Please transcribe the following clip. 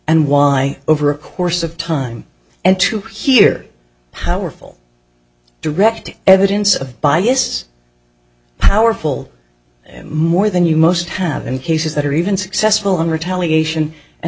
and why over a course of time and to hear how were full direct evidence of bias powerful more than you must have in cases that are even successful in retaliation and